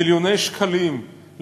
מיליוני שקלים,